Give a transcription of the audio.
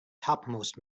topmost